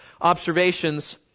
observations